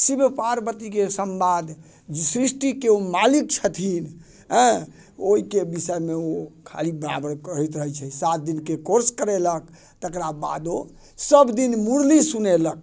शिव पार्वतीके संवाद सृष्टिके ओ मालिक छथिन आयँ ओहिके विषयमे ओ खाली बराबर कहैत रहैत छै सात दिनके कोर्स करेलक तेकरा बाद ओ सब दिन मुरली सुनेलक